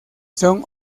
son